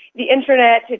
the internet,